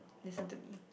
listen to me